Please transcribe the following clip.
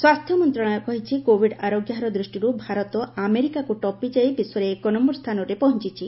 ସ୍ୱାସ୍ଥ୍ୟ ମନ୍ତ୍ରଣାଳୟ କହିଛି କୋବିଡ୍ ଆରୋଗ୍ୟ ହାର ଦୃଷ୍ଟିରୁ ଭାରତ ଆମେରିକାକୁ ଟପିଯାଇ ବିଶ୍ୱରେ ଏକନ୍ୟର ସ୍ଥାନରେ ପହଞ୍ଚୁଛି